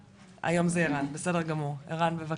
היום זה ערן בסדר גמור, ערן בבקשה.